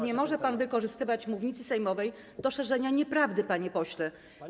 Nie może pan wykorzystywać mównicy sejmowej do szerzenia nieprawdy, panie pośle.